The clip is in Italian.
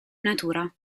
natura